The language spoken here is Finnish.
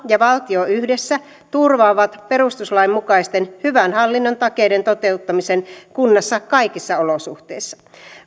ja valtio yhdessä turvaavat perustuslain mukaisten hyvän hallinnon takeiden toteuttamisen kunnassa kaikissa olosuhteissa